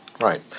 Right